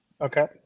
Okay